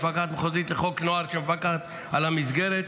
מפקחת מחוזית לחוק הנוער שמפקחת על המסגרת.